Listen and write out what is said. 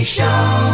Show